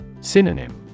Synonym